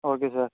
okay sir